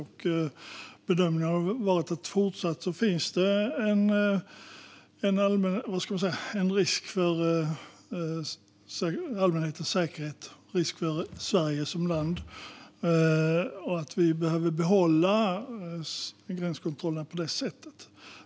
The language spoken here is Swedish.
Och bedömningen har varit att det fortfarande finns en risk för allmänhetens säkerhet och en risk för Sverige som land och att vi behöver behålla gränskontrollerna på det sättet.